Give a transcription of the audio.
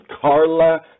Carla